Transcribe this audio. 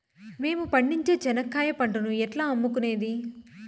మేము పండించే చెనక్కాయ పంటను ఎట్లా అమ్ముకునేది?